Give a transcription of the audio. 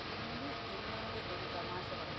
ഒല്ലി എന്നോട് ഒരു തമാശ പറയൂ